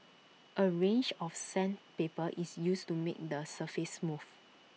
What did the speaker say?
A range of sandpaper is used to make the surface smooth